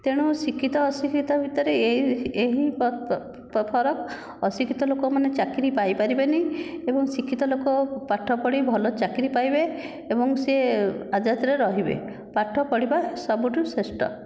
ତେଣୁ ଶିକ୍ଷିତ ଅଶିକ୍ଷିତ ଭିତରେ ଏ ଏହି ଫରକ ଅଶିକ୍ଷିତ ଲୋକ ମାନେ ଚାକିରୀ ପାଇପାରିବେନି ଏବଂ ଶିକ୍ଷିତ ଲୋକ ପାଠ ପଢ଼ି ଭଲ ଚାକିରୀ ପାଇବେ ଏବଂ ସିଏ ଆଜାଦ ରେ ରହିବେ ପାଠ ପଢ଼ିବା ସବୁଠାରୁ ଶ୍ରେଷ୍ଠ